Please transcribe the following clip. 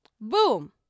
Boom